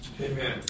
Amen